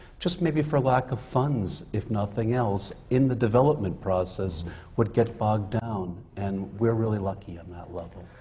just maybe for lack of funds, if nothing else, in the development process would get bogged down. and we're really lucky on that level.